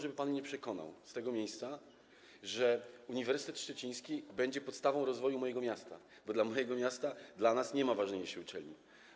żeby pan mnie przekonał z tego miejsca, że Uniwersytet Szczeciński będzie podstawą rozwoju mojego miasta, bo dla mojego miasta, dla nas nie ma ważniejszej uczelni.